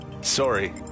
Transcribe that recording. Sorry